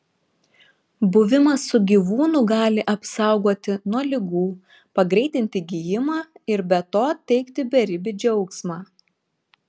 buvimas su gyvūnu gali apsaugoti nuo ligų pagreitinti gijimą ir be to teikti beribį džiaugsmą